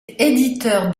éditeur